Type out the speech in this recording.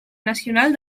nacional